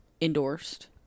endorsed